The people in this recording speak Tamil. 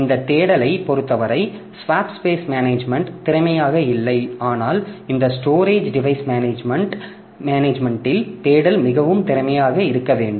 இந்த தேடலைப் பொறுத்தவரை ஸ்வாப்பு ஸ்பேஸ் மேனேஜ்மென்ட் திறமையாக இல்லை ஆனால் இந்த ஸ்டோரேஜ் டிவைஸ் மேனேஜ்மென்ட் இல் தேடல் மிகவும் திறமையாக இருக்க வேண்டும்